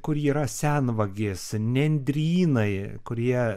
kur yra senvagės nendrynai kurie